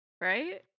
Right